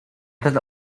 ten